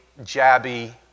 jabby